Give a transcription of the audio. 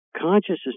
consciousness